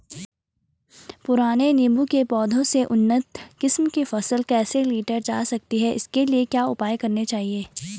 पुराने नीबूं के पौधें से उन्नत किस्म की फसल कैसे लीटर जा सकती है इसके लिए क्या उपाय करने चाहिए?